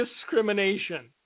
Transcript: discrimination